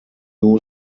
new